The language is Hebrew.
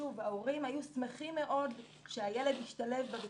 ההורים היו שמחים מאוד שהילד ישתלב בבית